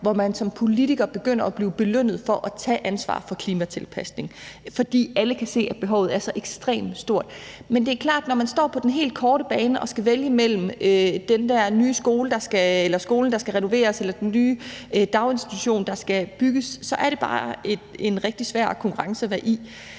hvor man som politiker begynder at blive belønnet for at tage ansvar for klimatilpasning, fordi alle kan se, at behovet er så ekstremt stort. Men det er klart, at når man står på den helt korte bane og skal vælge mellem skolen, der skal renoveres, eller den nye daginstitution, der skal bygges, er det bare en rigtig svær konkurrence at være i.